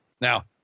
Now